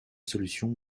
solution